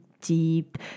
deep